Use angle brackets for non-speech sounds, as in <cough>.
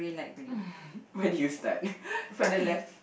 <laughs> where do you start <laughs> but